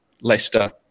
Leicester